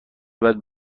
بعد